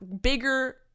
bigger